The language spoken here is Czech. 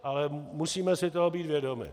Ale musíme si toho být vědomi.